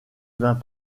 vint